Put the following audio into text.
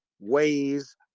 ways